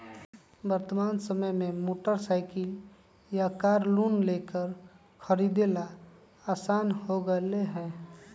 वर्तमान समय में मोटर साईकिल या कार लोन लेकर खरीदे ला आसान हो गयले है